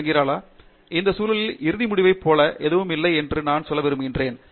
டங்கிராலா அந்தச் சூழலில் இறுதி முடிவைப் போல் எதுவும் இல்லை என்று நான் சொல்ல விரும்புகிறேன்